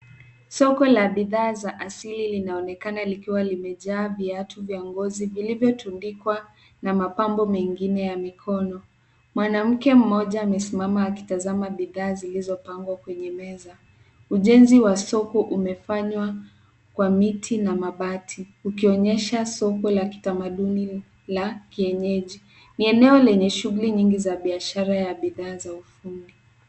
Soko la bidhaa za asili linaonekana likiwa limejaa viatu vya ngozi vilivyotundikwa na mapambo mengine ya mikono. Mwanamke mmoja amesimama akitazama bidhaa zilizopangwa kwenye meza. Ujenzi wa soko umefanywa kwa miti na mabati ukionyesha soko la kitamaduni la kienyeji. Ni eneo lenye shughuli nyingi za biashara ya bidhaa za ufundi.